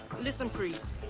listen, priest.